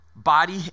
body